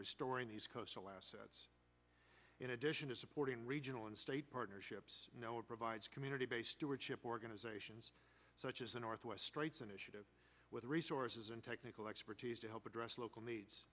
restoring these coastal assets in addition to supporting regional and state partnerships provides community based stewardship organizations such as the northwest straits initiative with resources and technical expertise to help address local